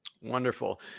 Wonderful